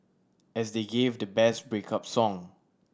as they gave the best break up song